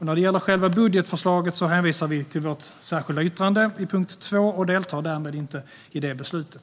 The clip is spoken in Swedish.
När det gäller själva budgetförslaget hänvisar vi till vårt särskilda yttrande under punkt 2. Vi deltar därmed inte i det beslutet.